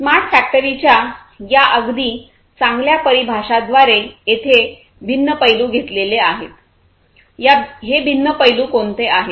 " smart फॅक्टरीच्या या अगदी चांगल्या परिभाषाद्वारे येथे भिन्न पैलू घेतलेले आहेत या भिन्न पैलू कोणते आहेत